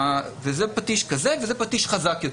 זה פטיש כזה, וזה פטיש חזק יותר.